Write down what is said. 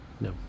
no